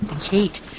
Kate